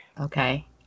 Okay